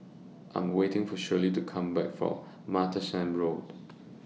I Am waiting For Shirley to Come Back from Martlesham Road